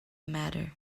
matter